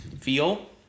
feel